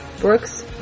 Brooks